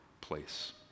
place